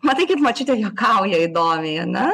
matai kaip močiutė juokauja įdomiai ane